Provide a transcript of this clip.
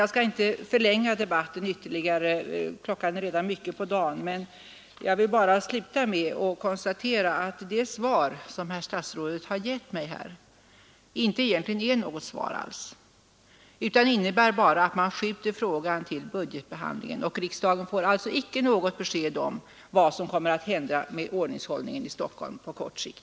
Jag skall inte förlänga debatten ytterligare tiden är redan långt framskriden på dagen men jag vill bara avslutningsvis konstatera att det svar som herr statsrådet givit mig egentligen inte alls är något svar utan bara innebär, att man skjuter på frågan till budgetbehandlingen. Riksdagen får alltså inte något besked om vad som kommer att hända med ordningshållningen i Stockholm på kort sikt.